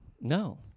No